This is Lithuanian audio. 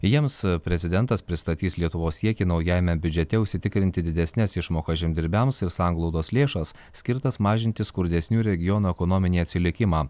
jiems prezidentas pristatys lietuvos siekį naujajame biudžete užsitikrinti didesnes išmokas žemdirbiams ir sanglaudos lėšas skirtas mažinti skurdesnių regionų ekonominį atsilikimą